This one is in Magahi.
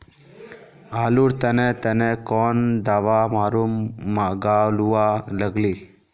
आलूर तने तने कौन दावा मारूम गालुवा लगली?